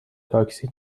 تاکسی